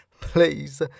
Please